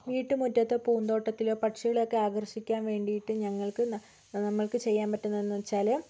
വീട്ട് മുറ്റത്തോ പൂന്തോട്ടത്തിലോ പക്ഷികളെയൊക്കെ ആകർഷിക്കാൻ വേണ്ടിയിട്ട് ഞങ്ങൾക്ക് ന് നമ്മൾക്ക് ചെയ്യാൻ പറ്റുന്നത് എന്ന് വെച്ചാല്